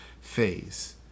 phase